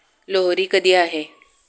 लोहरी कधी आहे?